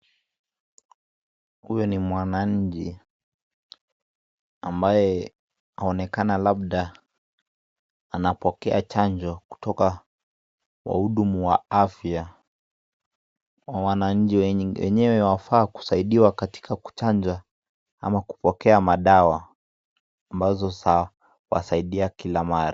Huyo ni mwananchi ,ambaye aonekana labda anapokea chanjo kutoka wahudumu wa afya. Mwananchi yenyewe wafaa kusaidia katika kuchanja au kupoeka madawa ambao za wasaidia kila mahali.